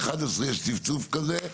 ב-11:00 יש צפצוף כזה,